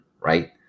right